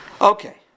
Okay